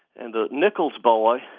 and the nichols boy,